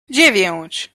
dziewięć